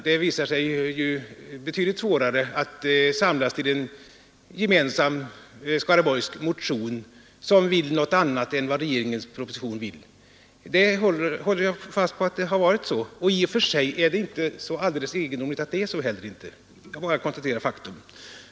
Det har visat sig vara utomordentligt svårt att samlas i en gemensam Skaraborgsmotion som vill något annat än en regeringsproposition. Det håller jag fast vid. I och för sig är det heller inte så alldeles märkvärdigt att det förhåller sig på det sättet. Det är bara att konstatera faktum.